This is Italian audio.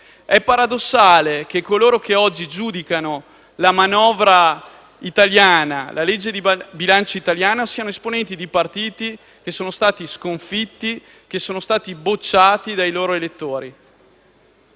È paradossale che coloro che oggi giudicano la manovra di bilancio italiana siano esponenti di partiti che sono stati sconfitti e bocciati dai loro elettori.